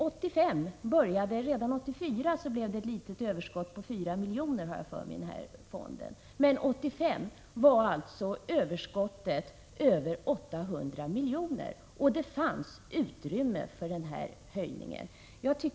Jag vill minnas att det redan år 1984 blev ett litet överskott, på 4 miljoner, i denna fond. År 1985 var överskottet uppe i över 800 miljoner, och det fanns utrymme för en sådan höjning som nu föreslås.